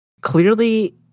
clearly